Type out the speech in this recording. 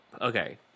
okay